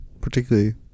Particularly